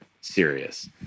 Serious